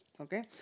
okay